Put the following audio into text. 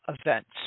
events